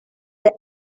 the